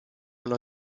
una